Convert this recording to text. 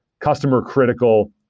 customer-critical